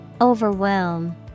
Overwhelm